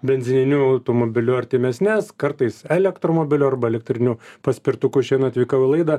benzininiu automobiliu artimesnes kartais elektromobilio arba elektriniu paspirtuku šiandien atvykau į laidą